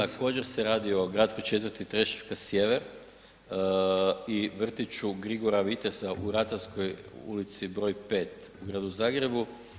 Također se radi o gradskoj četvrti Trešnjevka sjever i vrtiću Grigora Viteza u Ratarskoj ulici br. 5. u gradu Zagrebu.